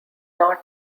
not